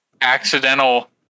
Accidental